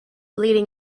leading